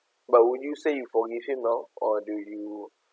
but would you say you forgive him now or do you